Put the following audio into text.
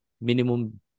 minimum